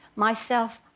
myself,